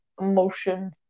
emotion